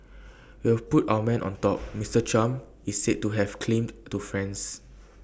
we have put our man on top Mister Trump is said to have claimed to friends